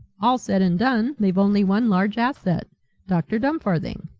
all said and done they've only one large asset dr. dumfarthing.